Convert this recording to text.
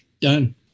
Done